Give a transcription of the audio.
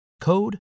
code